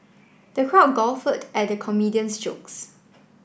the crowd guffawed at the comedian's jokes